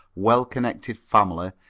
well-connected family,